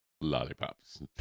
lollipops